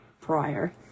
prior